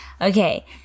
okay